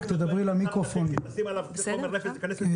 כן, בבקשה.